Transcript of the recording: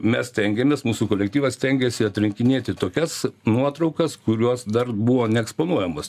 mes stengėmės mūsų kolektyvas stengėsi atrinkinėti tokias nuotraukas kurios dar buvo neeksponuojamos